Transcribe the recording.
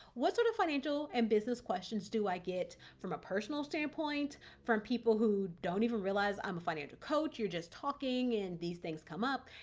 what sort of financial and business questions do i get from a personal standpoint, from people who don't even realize i'm a financial coach. you're just talking and these things come up.